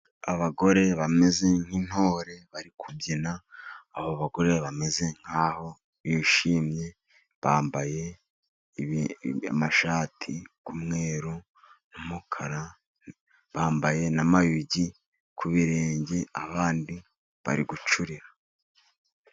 Abagore bameze nk'intore, bari kubyina. Aba bagore bameze nkaho bishimye, bambaye amashati y'umweru n'umukara, bambaye n'amayugi ku birenge, abandi bari gucurira.